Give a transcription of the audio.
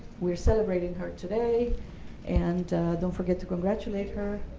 we are celebrating her today and don't forget to congratulate her.